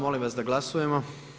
Molim vas da glasujemo.